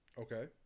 Okay